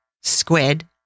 squid